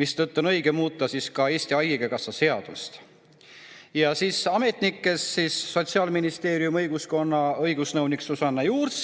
mistõttu on õige muuta ka Eesti Haigekassa seadust. Ja ametnik, Sotsiaalministeeriumi õigusosakonna õigusnõunik Susanna Jurs